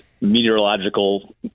meteorological